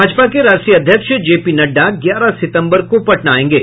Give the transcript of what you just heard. भाजपा के राष्ट्रीय अध्यक्ष जे पी नड्डा ग्यारह सितम्बर को पटना आयेंगे